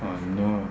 uh no